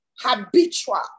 Habitual